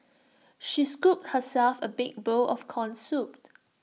she scooped herself A big bowl of Corn Soup